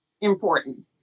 important